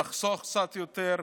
נחסוך קצת יותר,